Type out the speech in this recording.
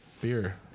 Beer